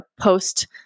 post